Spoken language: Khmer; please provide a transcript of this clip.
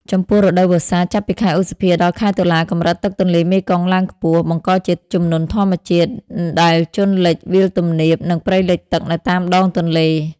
ចំពោះ រដូវវស្សា ចាប់ពីខែឧសភា ដល់ ខែតុលា កម្រិតទឹកទន្លេមេគង្គឡើងខ្ពស់ បង្កជាជំនន់ធម្មជាតិ ដែលជន់លិចវាលទំនាប និងព្រៃលិចទឹកនៅតាមដងទន្លេ។